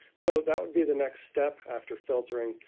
so that would be the next step after filtering,